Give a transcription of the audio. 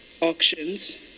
Auctions